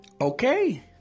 Okay